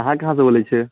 अहाँ कहाँ से बोलैत छियै